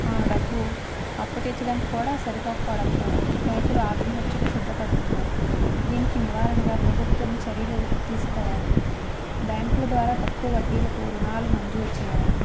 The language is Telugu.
ఆ డబ్బు అప్పు తీర్చడానికి కూడా సరిపోకపోవడంతో రైతులు ఆత్మహత్యకు సిద్ధపడుతున్నారు దీనికి నివారణగా ప్రభుత్వం చర్యలు తీసుకోవాలి బ్యాంకుల ద్వారా తక్కువ వడ్డీలకు రుణాలు మంజూరు చేయాలి